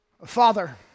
Father